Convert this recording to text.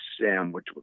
sandwich